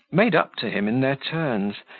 made up to him in their turns,